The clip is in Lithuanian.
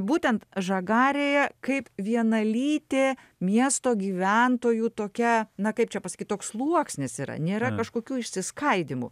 būtent žagarėje kaip vienalytė miesto gyventojų tokia na kaip čia pasakyt toks sluoksnis yra nėra kažkokių išsiskaidymų